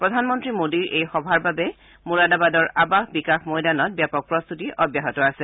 প্ৰধানমন্ত্ৰী মোদীৰ এই সভাৰ বাবে মোৰাদাবাদৰ আৱাস বিকাশ মৈদানত ব্যাপক প্ৰস্তুতি অব্যাহত আছে